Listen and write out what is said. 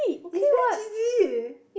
it's very cheesy